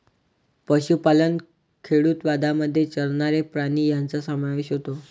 पशुपालन खेडूतवादामध्ये चरणारे प्राणी यांचा समावेश होतो